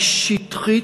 היא שטחית,